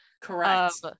correct